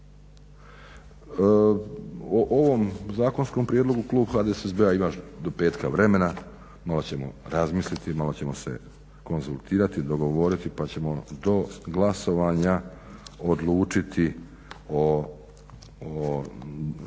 O ovom zakonskom prijedlogu klub HDSSB-a ima još do petka vremena, malo ćemo razmisliti, malo ćemo se konzultirati i dogovoriti pa ćemo do glasovanja odlučiti